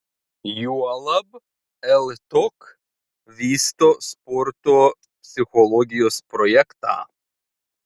juolab ltok vysto sporto psichologijos projektą